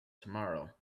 tomorrow